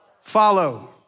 Follow